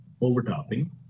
overtopping